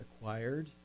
acquired